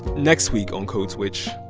next week on code switch,